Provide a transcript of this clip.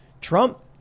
Trump